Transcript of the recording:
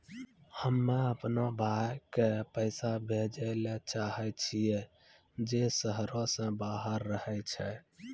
हम्मे अपनो भाय के पैसा भेजै ले चाहै छियै जे शहरो से बाहर रहै छै